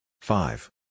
Five